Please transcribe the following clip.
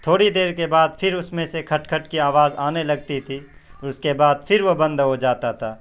تھوڑی دیر کے بعد پھر اس میں سے کھٹ کھٹ کی آواز آنے لگتی تھی اور اس کے بعد پھر وہ بند ہو جاتا تھا